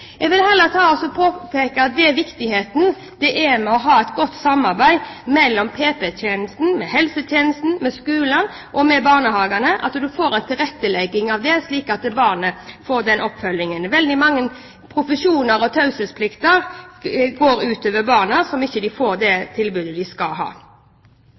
Jeg vil heller påpeke viktigheten av å ha et godt samarbeid mellom PP-tjenesten, helsetjenesten, skolene og barnehagene, og at en får tilrettelegging av det, slik at barnet får oppfølging. Taushetsplikt i mange profesjoner går ut over barna, slik at de ikke får det tilbudet de skal ha.